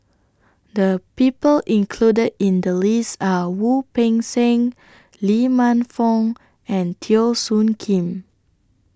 The People included in The list Are Wu Peng Seng Lee Man Fong and Teo Soon Kim